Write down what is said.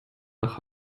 nach